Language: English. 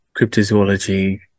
cryptozoology